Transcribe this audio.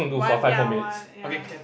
one ya one ya